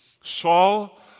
Saul